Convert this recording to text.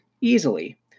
easily